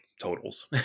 totals